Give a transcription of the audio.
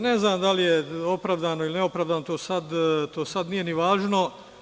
Ne znam da li je opravdano ili neopravdano, to sad nije ni važno.